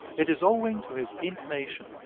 it is owing to his information,